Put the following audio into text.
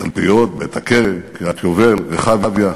תלפיות, בית-הכרם, קריית-היובל, רחביה,